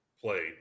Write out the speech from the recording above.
played